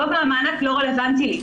גובה המענק לא רלוונטי לי.